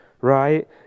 right